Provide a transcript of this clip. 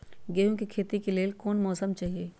गेंहू के खेती के लेल कोन मौसम चाही अई?